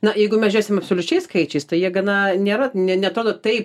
na jeigu mes žiūrėsim absoliučiais skaičiais tai jie gana nėra ne neatrodo taip